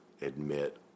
admit